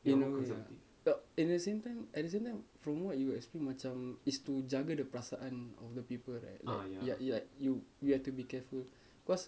in a way ah u~ in the same time at the same time from what you explain macam is to juggle the perasaan of the people right ya ya you like you have to be careful cause